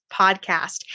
podcast